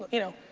you know?